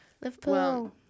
Liverpool